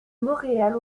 montréal